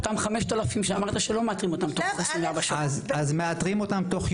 אותם חמשת אלפים שאמרת שלא מאתרים אותם